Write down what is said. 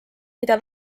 mida